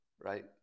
Right